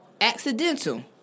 accidental